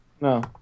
No